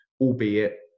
albeit